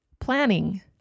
planning